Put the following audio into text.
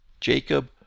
Jacob